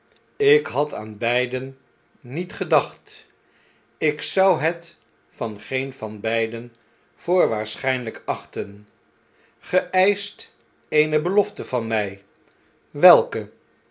ik had aan beiden niet gedacht ikzou het van geen van beiden voor waarschnnlp achten gre eischt eene belofte van mij welke